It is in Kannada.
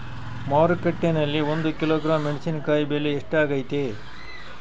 ಮಾರುಕಟ್ಟೆನಲ್ಲಿ ಒಂದು ಕಿಲೋಗ್ರಾಂ ಮೆಣಸಿನಕಾಯಿ ಬೆಲೆ ಎಷ್ಟಾಗೈತೆ?